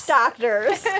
doctors